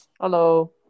Hello